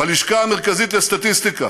בלשכה המרכזית לסטטיסטיקה